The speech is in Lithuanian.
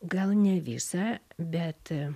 gal ne visą bet